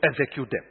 execute